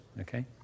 okay